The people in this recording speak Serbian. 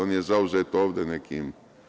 On je zauzet ovde nekim.